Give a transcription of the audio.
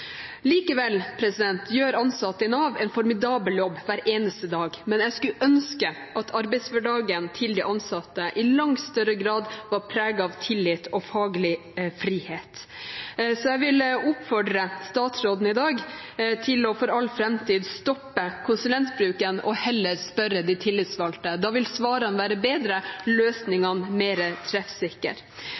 gjør ansatte i Nav en formidabel jobb hver eneste dag. Men jeg skulle ønske at arbeidshverdagen til de ansatte i langt større grad var preget av tillit og faglig frihet. Jeg vil i dag oppfordre statsråden til for all framtid å stoppe konsulentbruken og heller spørre de tillitsvalgte. Da vil svarene bli bedre og løsningene